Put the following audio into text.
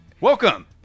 Welcome